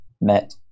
met